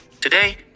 Today